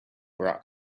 rock